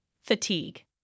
fatigue